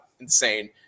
insane